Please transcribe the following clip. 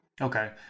Okay